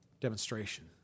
demonstration